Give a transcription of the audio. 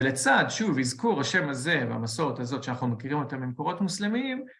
לצד, שוב, אזכור השם הזה והמסורת הזאת שאנחנו מכירים אותה ממקורות מוסלמיים,